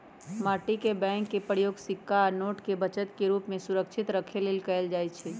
माटी के बैंक के प्रयोग सिक्का आ नोट के बचत के रूप में सुरक्षित रखे लेल कएल जाइ छइ